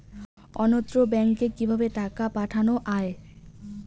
অন্যত্র ব্যংকে কিভাবে টাকা পাঠানো য়ায়?